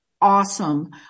awesome